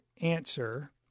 answer